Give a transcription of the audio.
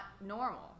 normal